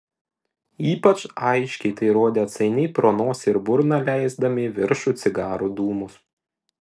ypač aiškiai tai rodė atsainiai pro nosį ir burną leisdami į viršų cigarų dūmus